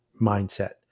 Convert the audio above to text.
mindset